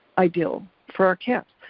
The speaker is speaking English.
ideal for our cats.